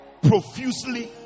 profusely